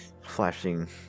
flashing